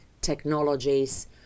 technologies